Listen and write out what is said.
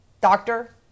Doctor